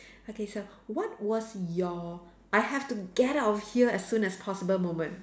okay so what was your I have to get out of here as soon as possible moment